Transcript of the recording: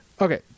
Okay